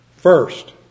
First